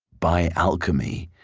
by alchemy,